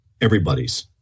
everybody's